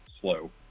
slow